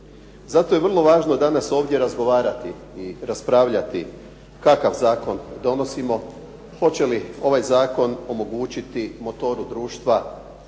Zato je vrlo važno ovdje danas ovdje razgovarati i raspravljati kakav zakon donosimo, hoće li ovaj zakon omogućiti motoru društva